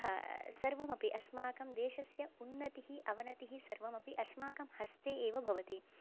अतः सर्वमपि अस्माकं देशस्य उन्नतिः अवनतिः सर्वमपि अस्माकं हस्ते एव भवति